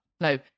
No